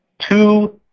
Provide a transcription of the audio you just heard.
Two